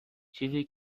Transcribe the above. چیزی